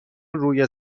روی